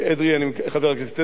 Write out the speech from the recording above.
חבר הכנסת אדרי,